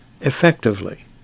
effectively